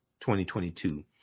2022